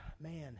man